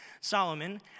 Solomon